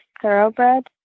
thoroughbred